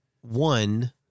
one